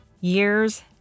years